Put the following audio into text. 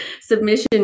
submission